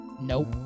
Nope